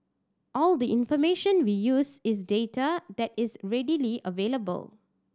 all the information we use is data that is readily available